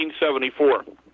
1974